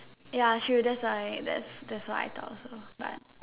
ya she will just like that's that's why I thought her but